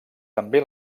també